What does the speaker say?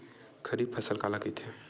खरीफ फसल काला कहिथे?